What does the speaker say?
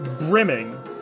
brimming